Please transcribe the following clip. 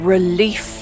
Relief